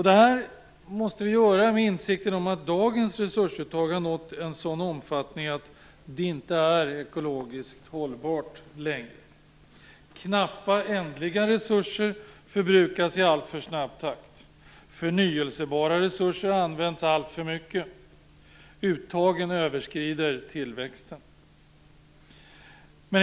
Detta måste vi göra med insikten om att dagens resursuttag har nått en sådan omfattning att det inte är ekologiskt hållbart längre. Knappa ändliga resurser förbrukas i alltför snabb takt. Förnyelsebara resurser används alltför mycket. Uttagen överskrider tillväxten.